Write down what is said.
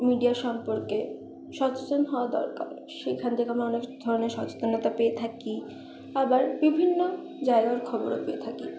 media সম্পর্কে সচেতন হওয়া দরকার সেইখান থেকে আমরা অনেক ধরনের সচেতনতা পেয়ে থাকি আবার বিভিন্ন জায়গার খবরও পেয়ে থাকি